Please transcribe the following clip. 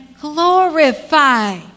glorify